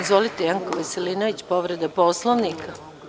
Izvolite, Janko Veselinović, povreda Poslovnika.